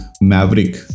Maverick